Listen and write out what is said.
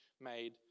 made